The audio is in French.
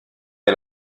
est